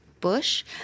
Bush